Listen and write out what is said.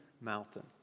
mountain